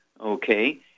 okay